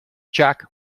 jack